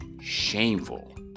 shameful